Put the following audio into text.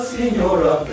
Signora